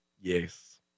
Yes